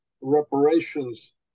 reparations